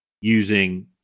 using